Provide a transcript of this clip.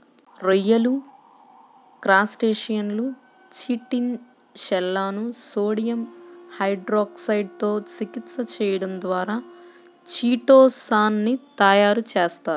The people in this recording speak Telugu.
రొయ్యలు, క్రస్టేసియన్ల చిటిన్ షెల్లను సోడియం హైడ్రాక్సైడ్ తో చికిత్స చేయడం ద్వారా చిటో సాన్ ని తయారు చేస్తారు